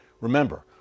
Remember